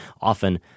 often